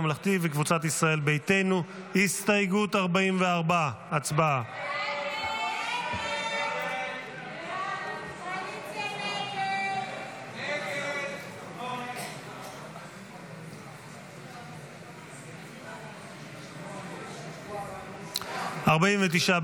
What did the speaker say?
הממלכתי וקבוצת ישראל ביתנו הסתייגות 44. הצבעה.